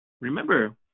Remember